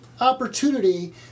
opportunity